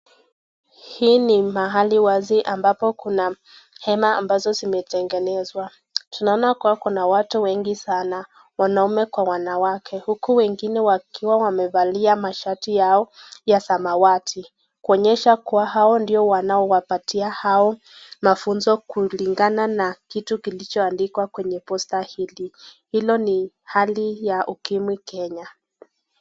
Hapa ni mahali wazi ambapo kuna hema ambazo zimetengenezwa, tunaona kuwa kuna watu wengi sana ,wanaume kwa wanawake huku wengine wakiwa wamevalia mashati yao ya samawati, kuonyesha kuwa hao ndio wanaowapatia hao mafunzo kulingana na kitu kilicho andikwa kwenye posta hili ,hilo ni hali ya ukimwi kenya.